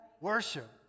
worship